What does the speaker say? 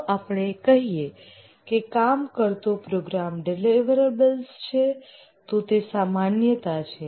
જો આપણે કહીએ કે કામ કરતો પ્રોગ્રામ ડિલિવરીબલ્સ છે તો તે માન્યતા છે